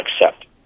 accept